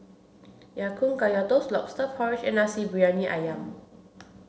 Ya Kun Kaya toast lobster porridge and Nasi Briyani Ayam